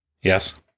yes